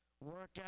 workout